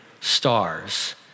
stars